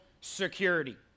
security